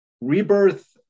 Rebirth